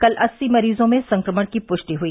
कल अस्सी मरीजों में संक्रमण की पुष्टि हुई